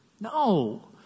No